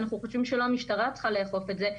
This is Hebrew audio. אנחנו חושבים שלא המשטרה צריכה לאכוף את זה,